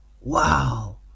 Wow